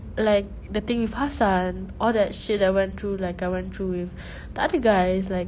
like the thing with hassan all that shit that went through like I went through with the other guys like